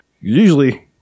Usually